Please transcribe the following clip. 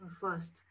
first